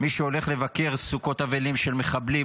מי שהולך לבקר סוכות אבלים של מחבלים,